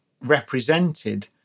represented